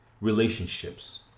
relationships